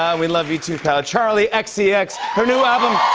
um we love you too, pal. charli xcx. her new album,